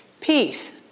peace